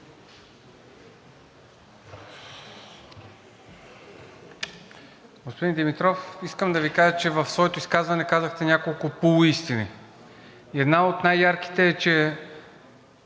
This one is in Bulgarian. Господин Димитров, искам да Ви кажа, че в своето изказване казахте няколко полуистини и една от най-ярките е, че